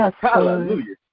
hallelujah